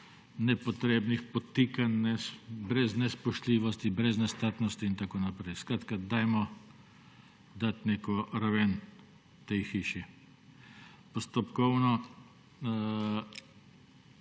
nepotrebnih podtikanj, brez nespoštljivosti, brez nestrpnosti in tako naprej. Skratka, dajmo dati neko raven tej hiši. Postopkovno,